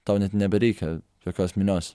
tau net nebereikia jokios minios